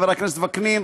יצחק וקנין,